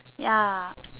ya